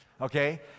Okay